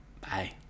Bye